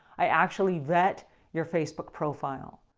i actually vet your facebook profile.